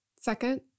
Second